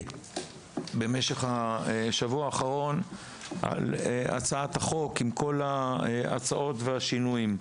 במשך השבוע האחרון עברתי על הצעת החוק עם כל ההצעות והשינויים,